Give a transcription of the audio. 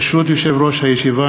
ברשות יושב-ראש הישיבה,